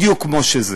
בדיוק כמו שזה.